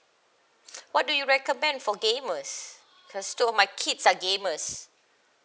what do you recommend for gamers because those my kids are gamers